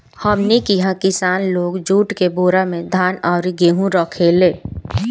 हमनी किहा किसान लोग जुट के बोरा में धान अउरी गेहू रखेले